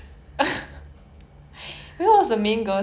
I know her face but I don't know her name